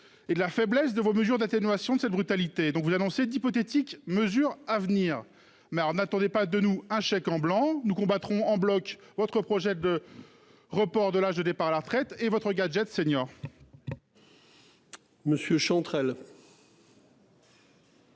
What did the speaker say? et de la faiblesse de vos mesures d'atténuation de cette brutalité dont vous annoncer d'hypothétiques mesures à venir. Mais alors, n'attendez pas de nous un chèque en blanc. Nous combattrons en bloc votre projet de. Report de l'âge de départ à la retraite et votre gadget. Monsieur Chantrel.